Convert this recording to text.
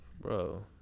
Bro